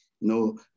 no